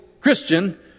Christian